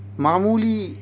معمولی